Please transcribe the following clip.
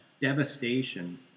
devastation